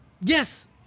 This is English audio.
Yes